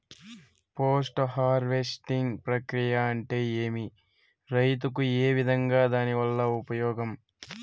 Post harvesting ప్రక్రియ అంటే ఏమి? రైతుకు ఏ విధంగా దాని వల్ల ఉపయోగం?